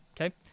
Okay